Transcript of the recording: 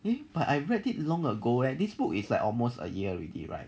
it but I read it long ago leh this book is like almost a year already right